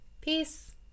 Peace